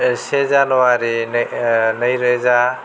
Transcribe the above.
से जानुवारि नैरोजा